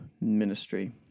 ministry